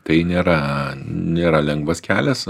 tai nėra nėra lengvas kelias